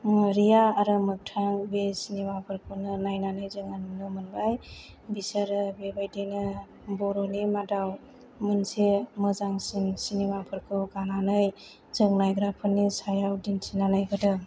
रिया आरो मोखथां बि सिनेमा फोरखौनो नायनानै जोङो नुनो मोनबाय बिसोरो बिबादिनो बर'नि मादाव मोनसे मोजांसिन सिनेमा फोरखौ गानानै जों नायग्राफोरनि सायाव दिन्थिनानै होदों